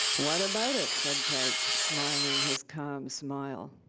what about it said crake, smiling his calm smile.